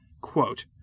Quote